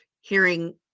hearing